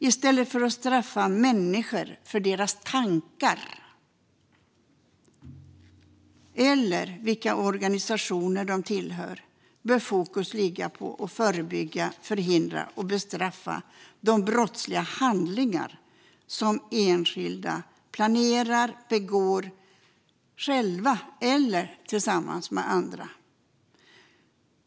I stället för att straffa människor för deras tankar eller vilka organisationer de tillhör bör fokus ligga på att förebygga, förhindra och bestraffa de brottsliga handlingar som enskilda planerar och begår, själva eller tillsammans med andra.